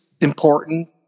important